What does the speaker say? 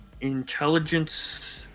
intelligence